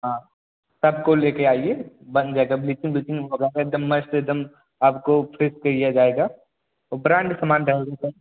हाँ सबको लेके आइए बंद जाएग ब्लीचिंग उलीचिंग होगा एकदम मस्त एकदम आपको फ़ेस के लिया जाएग ओ ब्रांड का समान